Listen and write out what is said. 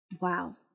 Wow